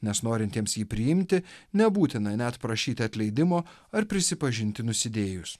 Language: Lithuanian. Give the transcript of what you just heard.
nes norintiems jį priimti nebūtina net prašyt atleidimo ar prisipažinti nusidėjus